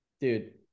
dude